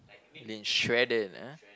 lean shredded ah